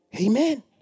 Amen